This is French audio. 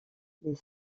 les